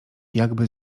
jakby